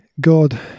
God